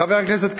חבר הכנסת כבל,